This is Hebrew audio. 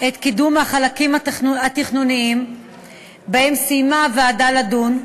את קידום החלקים התכנוניים שבהם סיימה הוועדה לדון,